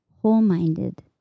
whole-minded